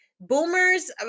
boomers